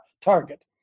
target